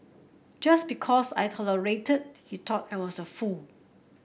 just because I tolerated he thought I was a fool